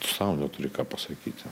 sau neturi ką pasakyti